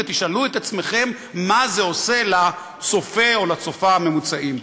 ותשאלו את עצמכם מה זה עושה לצופֶה או לצופָה הממוצעים.